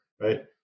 right